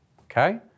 okay